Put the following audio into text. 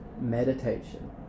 meditation